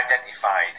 identified